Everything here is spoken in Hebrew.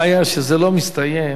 במשקה האלכוהולי בלבד.